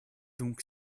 donc